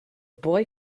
boy